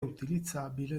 utilizzabile